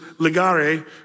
ligare